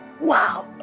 Wow